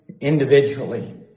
individually